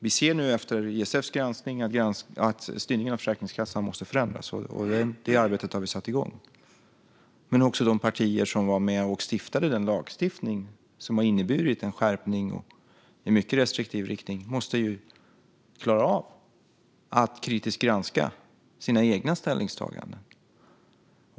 Vi ser nu efter ISF:s granskning att styrningen av Försäkringskassan måste förändras, och det arbetet har vi satt igång. Men också de partier som var med och stiftade den lag som har inneburit en skärpning i mycket restriktiv riktning måste klara av att kritiskt granska sina egna ställningstaganden.